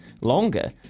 longer